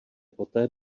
poté